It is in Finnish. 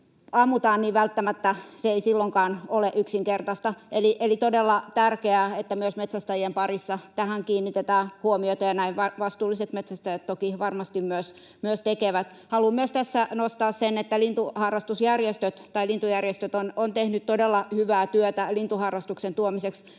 ammutaan, välttämättä se ei silloinkaan ole yksinkertaista. Eli on todella tärkeää, että myös metsästäjien parissa tähän kiinnitetään huomiota, ja näin vastuulliset metsästäjät toki varmasti myös tekevät. Haluan tässä nostaa esille myös sen, että lintuharrastusjärjestöt tai lintujärjestöt ovat tehneet todella hyvää työtä lintuharrastuksen tuomiseksi